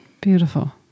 Beautiful